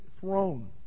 throne